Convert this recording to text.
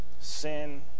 Sin